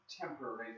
temporary